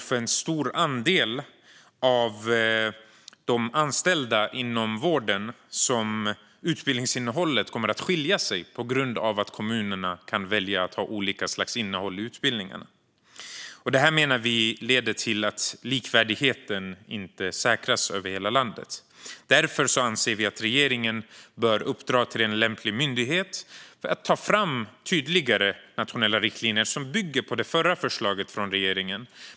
För en stor andel av de anställda inom vården kommer utbildningsinnehållet att skilja sig på grund av att kommunerna kan välja att ha olika slags innehåll i utbildningarna. Det leder till att likvärdigheten inte säkras över hela landet. Därför anser vi att regeringen bör uppdra åt en lämplig myndighet att ta fram tydligare nationella riktlinjer som bygger på det förra förslaget från regeringen.